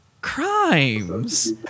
crimes